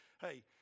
Hey